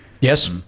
Yes